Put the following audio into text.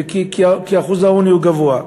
ואחוז העוני הוא גבוה.